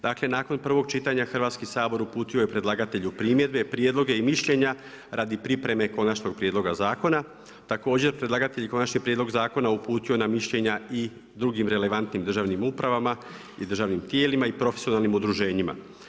Dakle nakon prvog čitanja Hrvatski sabor uputio je predlagatelju primjedbe, prijedloge i mišljenja radi pripreme konačnog prijedloga zakona. također predlagatelj je konačni prijedlog zakona uputio na mišljenja i drugim relevantnim državnim upravama i državnim tijelima i profesionalnim udruženjima.